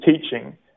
teaching